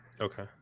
Okay